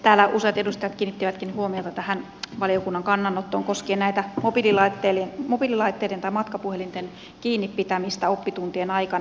täällä useat edustajat kiinnittivätkin huomiota tähän valiokunnan kannanottoon koskien mobiililaitteiden tai matkapuhelinten kiinni pitämistä oppituntien aikana